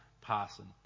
Parson